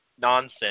nonsense